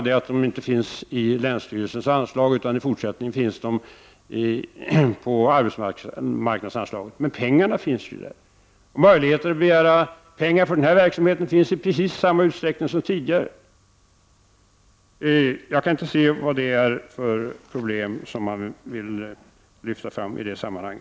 De finns inte längre i länsstyrelsens anslag, utan i fortsättningen ingår de i arbetsmarknadsanslaget. Men pengarna finns, och möjligheten att begära pengar till den här verksamheten finns i precis samma utsträckning som tidigare. Jag kan inte se vad det är för ett problem som man vill lyfta fram i detta sammanhang.